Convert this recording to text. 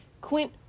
Quint